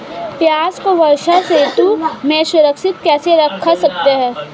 प्याज़ को वर्षा ऋतु में सुरक्षित कैसे रख सकते हैं?